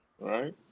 Right